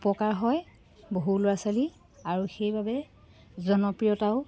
উপকাৰ হয় বহু ল'ৰা ছোৱালী আৰু সেইবাবে জনপ্ৰিয়তাও